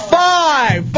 five